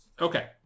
Okay